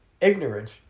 ignorance